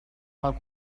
pel